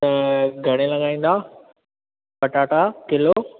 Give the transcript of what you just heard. त घणे लॻाईंदा पटाटा किलो